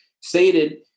stated